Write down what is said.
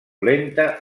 lenta